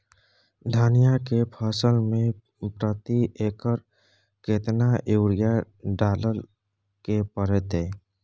धनिया के फसल मे प्रति एकर केतना यूरिया डालय के परतय?